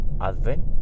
Advent